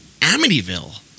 Amityville